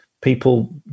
People